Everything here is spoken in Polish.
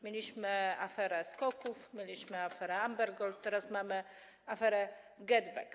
Mieliśmy aferę SKOK-ów, mieliśmy aferę Amber Gold, teraz mamy aferę GetBack.